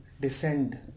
descend